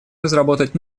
разработать